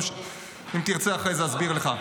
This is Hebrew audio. אם תרצה, אחרי זה אסביר לך.